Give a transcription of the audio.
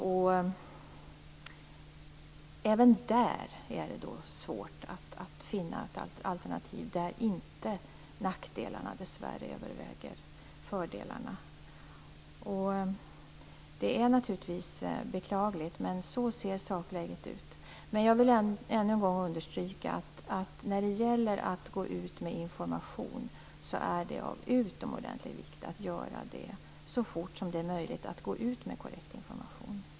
Även i fråga om detta är det svårt att finna ett alternativ där nackdelarna inte överväger fördelarna. Det är naturligtvis beklagligt, men så ser sakläget ut. Jag vill ännu en gång understryka att när det gäller att gå ut med information är det av utomordentligt stor vikt att man gör det så fort som det är möjligt att gå ut med korrekt information.